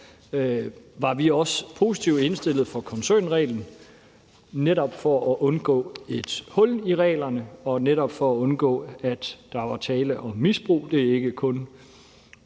var vi også positivt indstillet over for koncernreglen netop for at undgå et hul i reglerne og netop for at undgå, at der var tale om misbrug. Det er ikke kun